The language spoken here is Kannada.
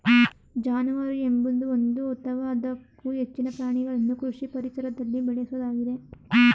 ಜಾನುವಾರು ಎಂಬುದು ಒಂದು ಅಥವಾ ಅದಕ್ಕೂ ಹೆಚ್ಚಿನ ಪ್ರಾಣಿಗಳನ್ನು ಕೃಷಿ ಪರಿಸರದಲ್ಲಿ ಬೇಳೆಸೋದಾಗಿದೆ